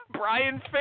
Brian